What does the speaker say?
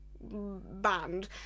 band